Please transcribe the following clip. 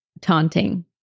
taunting